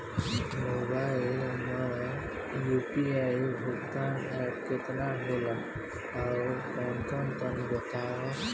Mobile म UPI भुगतान app केतना होला आउरकौन कौन तनि बतावा?